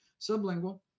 sublingual